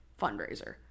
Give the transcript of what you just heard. fundraiser